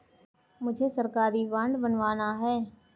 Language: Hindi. मुझे सरकारी बॉन्ड बनवाना है